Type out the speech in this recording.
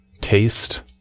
taste